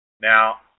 Now